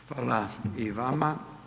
Hvala i vama.